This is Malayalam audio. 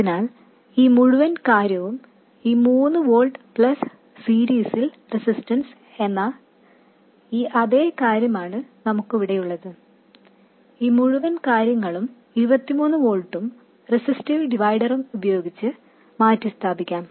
അതിനാൽ ഈ മുഴുവൻ കാര്യവും ഈ മൂന്ന് വോൾട്ട് പ്ലസ് സീരീസ് റെസിസ്റ്റൻസ് എന്ന ഇതേ കാര്യമാണ് നമുക്കിവിടെയുള്ളത് ഈ മുഴുവൻ കാര്യങ്ങളും 23 വോൾട്ടും റെസിസ്റ്റീവ് ഡിവൈഡറും ഉപയോഗിച്ച് മാറ്റിസ്ഥാപിക്കാം